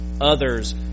others